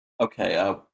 Okay